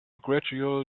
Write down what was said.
gradual